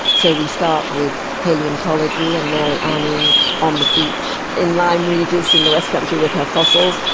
so we start with palaeontology and mary anning on the beach in lyme regis in the west country with her fossils.